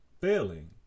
Failing